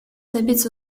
добиться